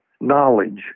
knowledge